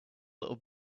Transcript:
little